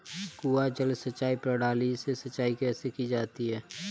कुआँ जल सिंचाई प्रणाली से सिंचाई कैसे की जाती है?